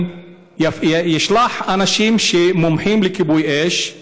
והוא ישלח אנשים שהם מומחים לכיבוי אש,